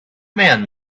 man